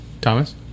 Thomas